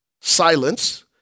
Silence